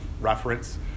reference